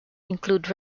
include